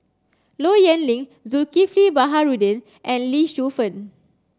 Low Yen Ling Zulkifli Baharudin and Lee Shu Fen